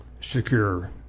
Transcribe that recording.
secure